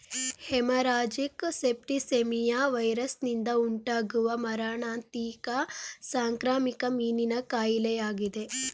haemorrhagic septicaemia ವೈರಸ್ನಿಂದ ಉಂಟಾಗುವ ಮಾರಣಾಂತಿಕ ಸಾಂಕ್ರಾಮಿಕ ಮೀನಿನ ಕಾಯಿಲೆಯಾಗಿದೆ